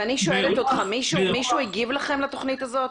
ואני שואלת אותך מישהו הגיב לכם לתוכנית הזאת?